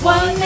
One